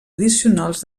addicionals